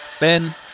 Ben